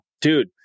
dude